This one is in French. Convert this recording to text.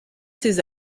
ses